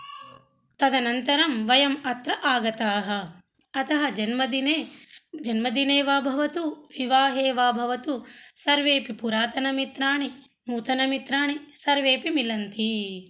तदनन्तरं वयम् अत्र आगताः अतः जन्मदिने जन्मदिने वा भवतु विवाहे वा भवतु सर्वेऽपि पुरातनमित्राणि नूतनमित्राणि सर्वेऽपि मिलन्ति